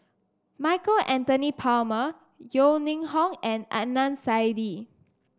Michael Anthony Palmer Yeo Ning Hong and Adnan Saidi